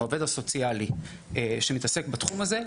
עם העובד הסוציאלי שמתעסק בתחום הזה,